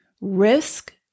Risk